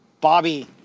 Bobby